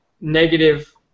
negative